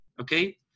okay